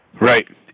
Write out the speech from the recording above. Right